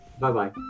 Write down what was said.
bye-bye